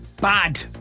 Bad